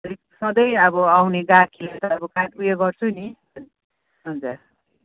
सधैँ अब आउने गाहकीलाई त अब ऊ यो गर्छु नि हजुर